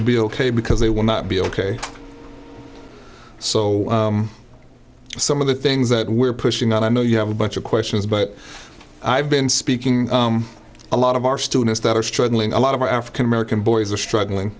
will be ok because they will not be ok so some of the things that we're pushing and i know you have a bunch of questions but i've been speaking a lot of our students that are struggling a lot of our african american boys are struggling